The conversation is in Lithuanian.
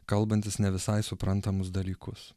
kalbantis ne visai suprantamus dalykus